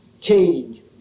change